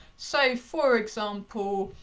so for example,